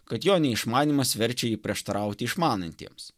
kad jo neišmanymas verčia jį prieštarauti išmanantiems